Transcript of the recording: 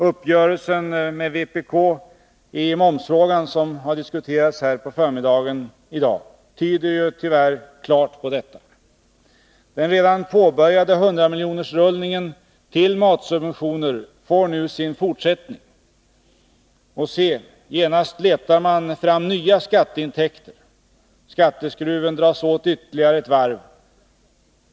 Uppgörelsen med vpk i momsfrågan, som har diskuterats här på förmiddagen i dag, tyder tyvärr klart på detta. Den redan påbörjade 100-miljonerkronorsrullningen till matsubventioner får nu sin fortsättning. Och se, genast letar man fram nya skatteintäkter. Skatteskruven dras åt ytterligare ett varv.